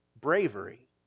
bravery